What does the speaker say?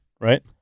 right